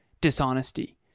dishonesty